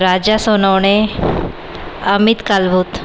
Raja Sonawane Amit Kalbhor